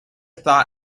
thought